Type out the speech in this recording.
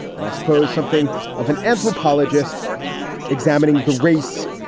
and i suppose something of an anthropologist examining the race,